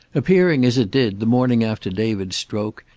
appearing, as it did, the morning after david's stroke,